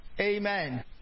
Amen